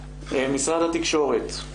בבקשה, משרד התקשורת,